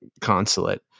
consulate